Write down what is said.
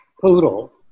poodle